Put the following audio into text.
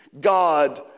God